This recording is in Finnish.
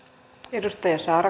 arvoisa